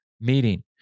meeting